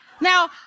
Now